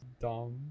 dumb